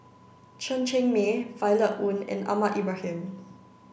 Chen Cheng Mei Violet Oon and Ahmad Ibrahim